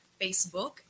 Facebook